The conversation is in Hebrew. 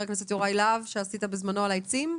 הכנסת יוראי להב שהגשת בזמנו על העצים,